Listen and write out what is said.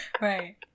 Right